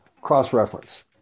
cross-reference